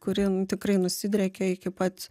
kuri nu tikrai nusidriekė iki pat